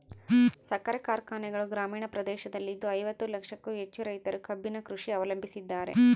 ಸಕ್ಕರೆ ಕಾರ್ಖಾನೆಗಳು ಗ್ರಾಮೀಣ ಪ್ರದೇಶದಲ್ಲಿದ್ದು ಐವತ್ತು ಲಕ್ಷಕ್ಕೂ ಹೆಚ್ಚು ರೈತರು ಕಬ್ಬಿನ ಕೃಷಿ ಅವಲಂಬಿಸಿದ್ದಾರೆ